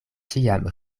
ĉiam